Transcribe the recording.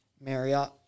Marriott